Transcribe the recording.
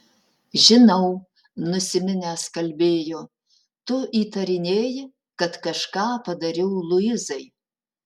žinau nusiminęs kalbėjo tu įtarinėji kad kažką padariau luizai